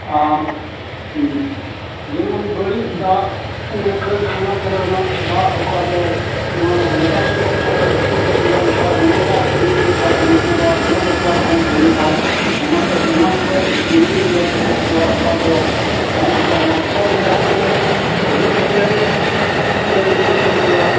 ᱟᱨ ᱡᱮᱢᱚᱱ ᱵᱟᱹᱲᱤᱡ ᱫᱟᱜ ᱚᱱᱟ ᱠᱟᱹᱨᱠᱷᱟᱱᱟ ᱠᱚᱨᱮᱱᱟᱜ ᱫᱟᱜ ᱚᱠᱟ ᱫᱚ ᱚᱱᱟ ᱜᱟᱰᱟ ᱥᱚᱰᱚᱜ ᱠᱚᱨᱮ ᱟᱹᱛᱩ ᱦᱮᱡ ᱞᱮᱱᱠᱷᱟᱡ ᱚᱱᱟ ᱫᱟᱜ ᱧᱩ ᱞᱮᱠᱷᱟᱡ ᱩᱱᱠᱩᱣᱟᱜ ᱨᱳᱜᱽ ᱟᱡᱟᱨ ᱦᱚᱸ ᱦᱩᱭᱩᱜᱼᱟ ᱚᱱᱟᱛᱮ ᱚᱱᱟ ᱠᱷᱚᱡ ᱥᱟᱺᱜᱤᱧ ᱨᱮᱞᱮ ᱫᱚᱦᱚ ᱠᱚᱣᱟ ᱚᱠᱟ ᱫᱚ ᱦᱚᱜ ᱚᱱᱠᱟᱱ ᱢᱟᱨᱥᱟᱞ ᱠᱟᱜᱼᱟ ᱠᱚ ᱟᱹᱜᱩ ᱠᱟᱛᱮᱡ ᱞᱮ ᱧᱩ ᱚᱪᱚ ᱠᱚᱣᱟ